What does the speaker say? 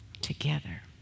together